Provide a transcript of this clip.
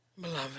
beloved